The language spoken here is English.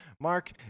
Mark